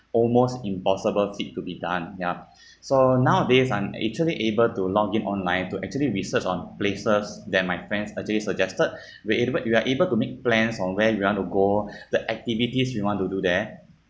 almost impossible trip to be done ya so nowadays I'm actually able to log in online to actually research on places that my friends actually suggested we're able we are able to make plans on where you want to go the activities we want to do there